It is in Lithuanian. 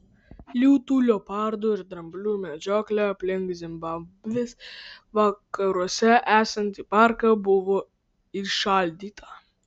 liūtų leopardų ir dramblių medžioklė aplink zimbabvės vakaruose esantį parką buvo įšaldyta